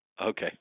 Okay